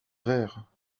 verre